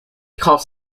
calls